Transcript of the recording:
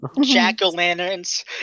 jack-o'-lanterns